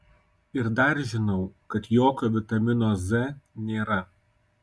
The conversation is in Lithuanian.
ir dar žinau kad jokio vitamino z nėra